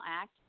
act